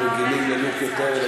אנחנו רגילים ללוק יותר אלגנטי.